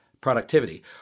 productivity